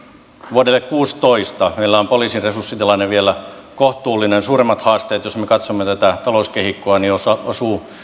vuodelle kuusitoista meillä on poliisin resurssitilanne vielä kohtuullinen ja suurimmat haasteet jos me katsomme tätä talouskehikkoa osuvat osuvat